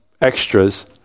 extras